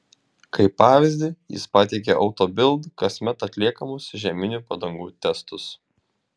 kaip pavyzdį jis pateikė auto bild kasmet atliekamus žieminių padangų testus